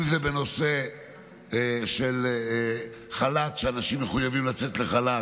אם זה בנושא של חל"ת, שאנשים מחויבים לצאת לחל"ת,